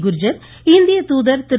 குர்ஜர் இந்திய தூதர் திரு